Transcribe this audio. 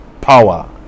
power